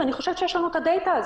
אני חושבת שיש לנו את הדאטה הזאת.